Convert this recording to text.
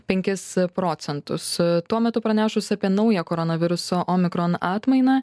penkis procentus tuo metu pranešus apie naują koronaviruso omikron atmainą